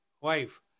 wife